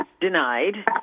denied